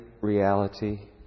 reality